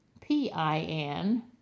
PIN